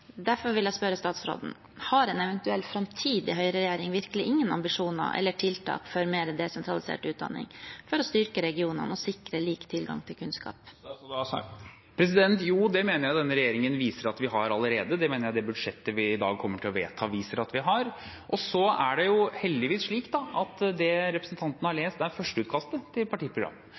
Derfor vil jeg spørre statsråden: Har en eventuell framtidig høyreregjering virkelig ingen ambisjoner eller tiltak for mer desentralisert utdanning for å styrke regionene og sikre lik tilgang til kunnskap? Jo, det mener jeg denne regjeringen viser at vi har allerede. Det mener jeg det budsjettet vi i dag kommer til å vedta, viser at vi har. Og så er det heldigvis slik at det representanten har lest, er førsteutkastet til partiprogram.